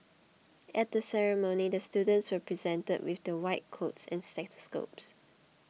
at the ceremony the students were presented with their white coats and stethoscopes